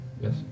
Yes